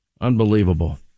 Unbelievable